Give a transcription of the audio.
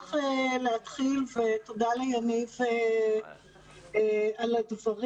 ליניב שגיא על הדברים.